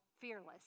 fearless